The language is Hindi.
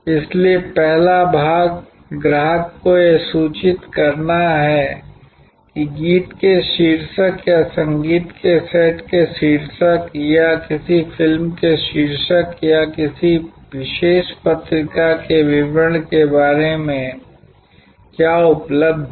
इसलिए पहला भाग ग्राहक को यह सूचित करना है कि गीत के शीर्षक या संगीत के सेट के शीर्षक या किसी फिल्म के शीर्षक या किसी विशेष पत्रिका के विवरण के बारे में क्या उपलब्ध है